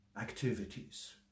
activities